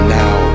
now